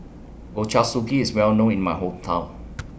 Ochazuke IS Well known in My Hometown